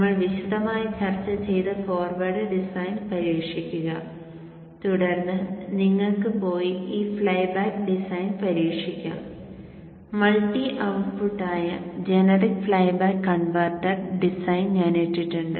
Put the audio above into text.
നമ്മൾ വിശദമായി ചർച്ച ചെയ്ത ഫോർവേഡ് ഡിസൈൻ പരീക്ഷിക്കുക തുടർന്ന് നിങ്ങൾക്ക് പോയി ഈ ഫ്ലൈബാക്ക് ഡിസൈൻ പരീക്ഷിക്കാം മൾട്ടി ഔട്ട്പുട്ടായ ജനറിക് ഫ്ലൈബാക്ക് കൺവെർട്ടർ ഡിസൈൻ ഞാൻ ഇട്ടിട്ടുണ്ട്